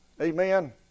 Amen